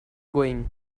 going